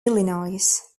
illinois